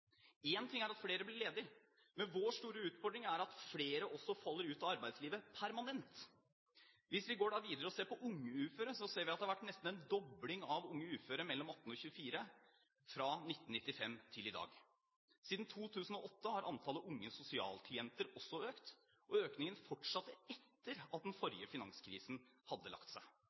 ting er at flere blir ledige, men vår store utfordring er at flere også faller ut av arbeidslivet permanent. Hvis vi går videre og ser på unge uføre, ser vi at det har vært nesten en dobling av unge uføre mellom 18 og 24 år fra 1995 til i dag. Siden 2008 har antallet unge sosialklienter også økt, og økningen fortsatte etter at den forrige finanskrisen hadde lagt seg.